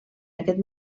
aquest